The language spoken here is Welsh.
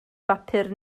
bapur